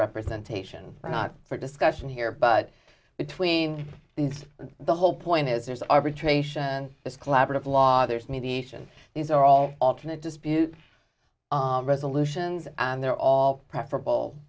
representation not for discussion here but between these two the whole point is there's arbitration it's collaborative law there's mediation these are all alternate dispute resolutions and they're all preferable